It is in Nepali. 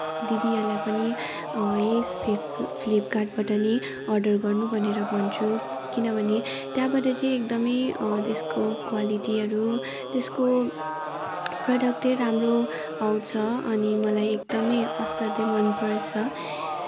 दिदीहरूलाई पनि यही फ्लिप फ्लिपकार्टबाट नै अर्डर गर्नु भनेर भन्छु किनभने त्यहाँबाट चाहिँ एकदमै त्यसको क्वालि़टीहरू त्यसको प्रडक्टै राम्रो आउँछ अनि मलाई एकदमै असाध्यै मनपर्छ